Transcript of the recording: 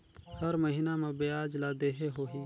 हर महीना मा ब्याज ला देहे होही?